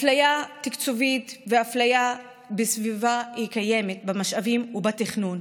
אפליה תקצובית ואפליה בסביבה קיימות במשאבים ובתכנון,